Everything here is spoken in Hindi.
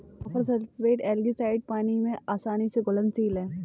कॉपर सल्फेट एल्गीसाइड पानी में आसानी से घुलनशील है